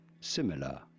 similar